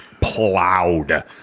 plowed